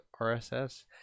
rss